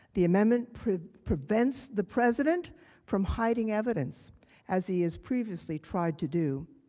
the amendment prevents prevents the president from hiding evidence as he has previously tried to do.